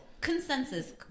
consensus